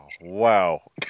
Wow